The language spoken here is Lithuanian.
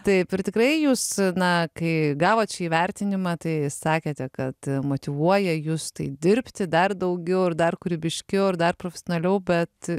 taip ir tikrai jūs na kai gavot šį įvertinimą tai sakėte kad motyvuoja jus tai dirbti dar daugiau ir dar kūrybiškiau ir dar profesionaliau bet